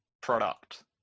product